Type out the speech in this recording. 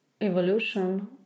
evolution